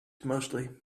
mostly